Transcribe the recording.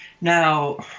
Now